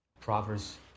Proverbs